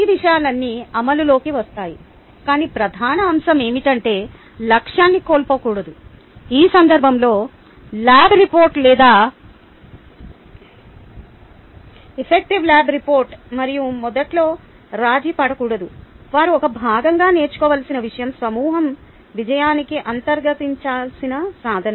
ఈ విషయాలన్నీ అమలులోకి వస్తాయి కాని ప్రధాన అంశం ఏమిటంటే లక్ష్యాన్ని కోల్పోకూడదు ఈ సందర్భంలో ల్యాబ్ రిపోర్ట్ లేదా ఎఫెక్టివ్ ల్యాబ్ రిపోర్ట్ మరియు మొదట్లో రాజీపడకూడదు వారు ఒక భాగంగా నేర్చుకోవలసిన విషయం సమూహం విజయానికి అంతర్గతీకరించాల్సిన సాధన